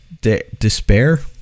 despair